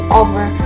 over